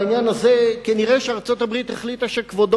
בעניין הזה נראה שארצות-הברית החליטה שכבודו